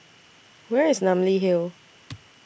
Where IS Namly Hill